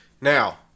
now